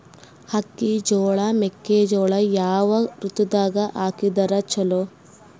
ಅಕ್ಕಿ, ಜೊಳ, ಮೆಕ್ಕಿಜೋಳ ಯಾವ ಋತುದಾಗ ಹಾಕಿದರ ಚಲೋ?